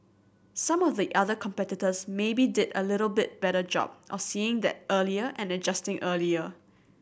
some of the other competitors maybe did a little bit better job of seeing that earlier and adjusting earlier